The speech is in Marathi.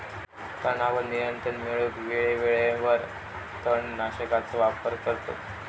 तणावर नियंत्रण मिळवूक वेळेवेळेवर तण नाशकांचो वापर करतत